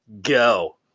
go